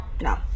No